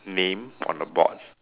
name on the board